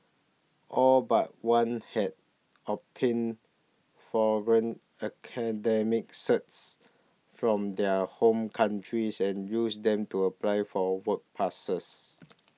all but one had obtained academic certs from their home countries and used them to apply for work passes